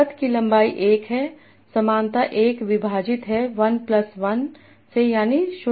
पथ की लंबाई 1 है समानता 1 विभाजित है 1 प्लस 1 से यानी 05